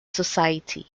society